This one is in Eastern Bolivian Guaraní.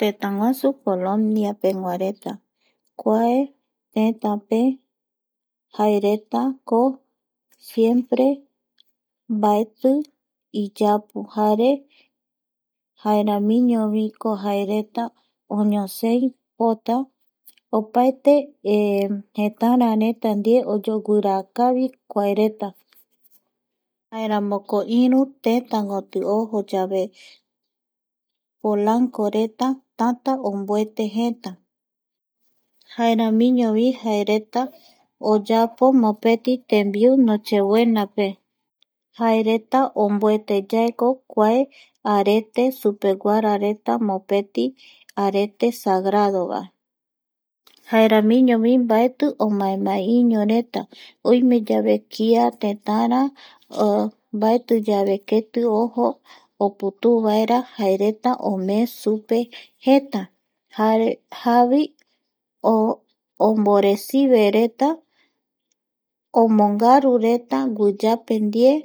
Tëtäguasu Polonia peguareta kuae tetape jaeretako siempre mbaeti iyapu jare jaeramiñoviko jaereta oñosei pota opaete jetarareta ndie oyoguiraa kavi kuareta jaeramoko iru tetakoti ojo yave polancoreta tanta omboete jeta jaeramiñovi jereta oyapo mopeti tembiu noche buenape jaereta omboeteyaeko kua arete supeguarareta mopeti arete sagrado vae jaeramiñovi mbaeti omaemaiñoreta oime yave mbaeti keti ojo oputuu omee supe jeta jare jauvi omboresivereta ombongarureta huiyape ndie